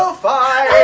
so fight!